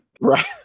Right